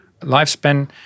lifespan